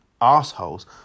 assholes